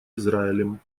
израилем